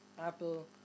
Apple